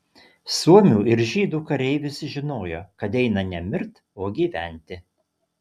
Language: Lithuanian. suomių ir žydų kareivis žinojo kad eina ne mirt o gyventi